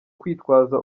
kwitwaza